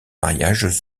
mariages